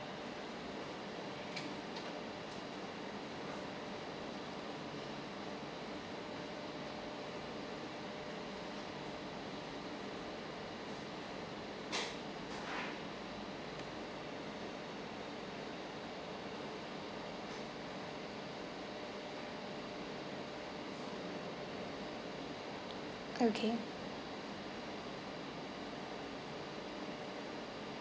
okay